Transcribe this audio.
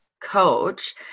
coach